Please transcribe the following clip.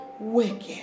wicked